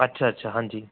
ਅੱਛਾ ਅੱਛਾ ਹਾਂਜੀ